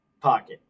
pocket